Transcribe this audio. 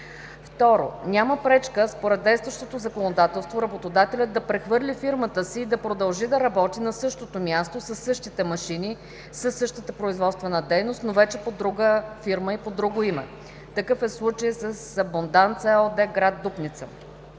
2. Няма пречка, според действащото законодателство, работодателят да прехвърли фирмата си и да продължи да работи на същото място със същите машини, със същата производствена дейност, но вече под друга фирма и под друго име. Такъв е случаят с „Абонданца“ ЕООД, град Дупница.